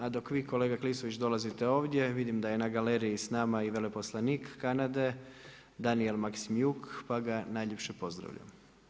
A dok vi kolega Klisović dolazite ovdje, vidim da je na galeriji s nama i veleposlanik Kanade Daniel Maksymiuk pa ga najljepše pozdravljam.